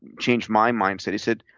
changed my mindset. he said,